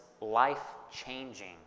life-changing